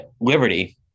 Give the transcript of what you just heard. Liberty